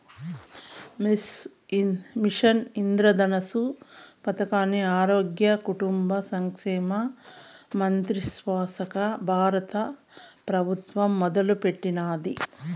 machine Indradhanush పదకాన్ని ఆరోగ్య, కుటుంబ సంక్షేమ మంత్రిత్వశాక బారత పెబుత్వం మొదలెట్టినాది